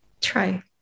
Try